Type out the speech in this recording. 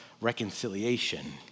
reconciliation